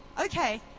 Okay